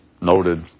noted